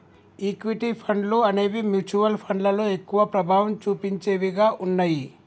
equity ఫండ్లు అనేవి mutual ఫండ్లలో ఎక్కువ ప్రభావం చుపించేవిగా ఉన్నయ్యి